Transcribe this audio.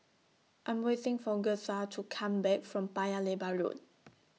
I'm waiting For Gertha to Come Back from Paya Lebar Road